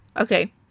Okay